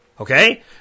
okay